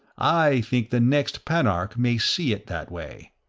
i think the next panarch may see it that way.